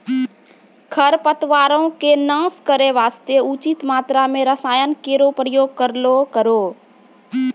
खरपतवारो क नाश करै वास्ते उचित मात्रा म रसायन केरो प्रयोग करलो करो